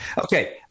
Okay